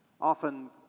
often